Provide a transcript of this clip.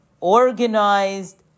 organized